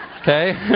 Okay